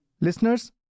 Listeners